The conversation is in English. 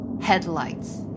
Headlights